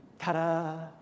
Ta-da